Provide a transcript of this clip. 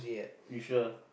you sure